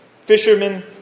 Fishermen